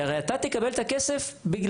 כי הרי אתה תקבל את הכסף בגללי.